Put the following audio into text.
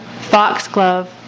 foxglove